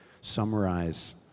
summarize